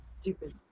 stupid